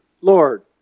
Lord